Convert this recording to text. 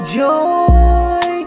joy